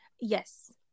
yes